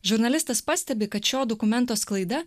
žurnalistas pastebi kad šio dokumento sklaida